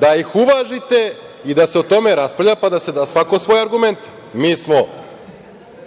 da ih uvažite i da se o tome raspravlja pa da da svako svoje argumente. Mi smo